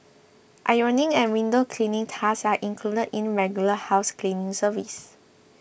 ironing and window cleaning tasks are included in regular house cleaning service